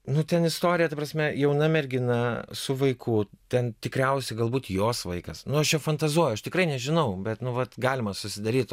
nu ten istorija ta prasme jauna mergina su vaiku ten tikriausiai galbūt jos vaikas nu aš čia fantazuoju tikrai nežinau bet nu vat galima susidaryt